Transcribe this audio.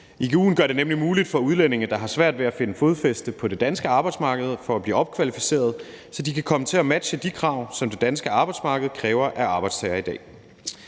Igu'en gør det nemlig muligt for udlændinge, der har svært ved at finde fodfæste på det danske arbejdsmarked, at blive opkvalificeret, så de kan komme til at matche de krav, som det danske arbejdsmarked kræver af arbejdstagere i dag.